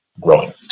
growing